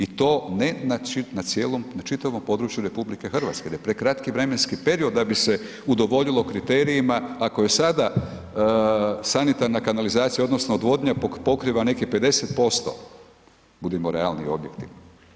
I to ne na cijelom čitavom području RH, jer je kratki vremenski period, da bi se udovoljilo kriterijima, ako je sada sanitarna kanalizacija, odnosno, odvodnja pokriva nekih 50% budimo realni i objektivni.